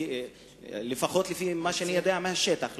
לפחות ממה שאני יודע מהשטח,